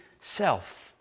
self